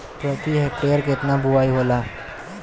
प्रति हेक्टेयर केतना बुआई होला?